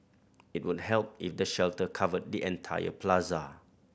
it would help if the shelter covered the entire plaza